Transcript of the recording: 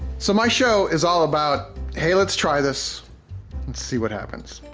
so my show is all about hey let's try this, and see what happens.